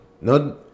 No